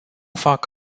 fac